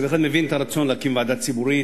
אני בהחלט מבין את הרצון להקים ועדה ציבורית,